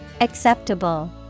Acceptable